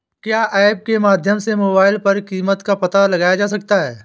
क्या ऐप के माध्यम से मोबाइल पर कीमत का पता लगाया जा सकता है?